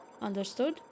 Understood